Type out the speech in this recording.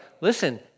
listen